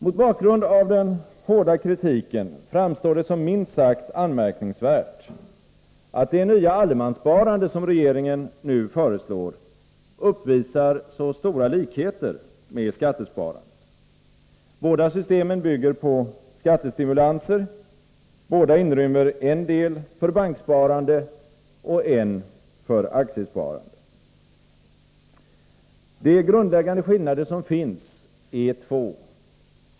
Mot bakgrund av den hårda kritiken framstår det som minst sagt anmärkningsvärt att det nya allemanssparande som regeringen nu föreslår uppvisar så stora likheter med skattesparandet. Båda systemen bygger på skattestimulanser, båda inrymmer en del för banksparande och en del för aktiesparande. De grundläggande skillnader som finns är två.